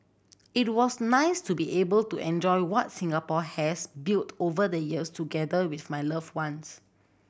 it was nice to be able to enjoy what Singapore has built over the years together with my loved ones